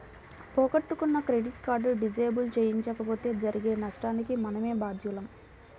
పోగొట్టుకున్న credit card disable చేయించకపోతే జరిగే నష్టానికి మనమే బాధ్యులం